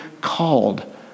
called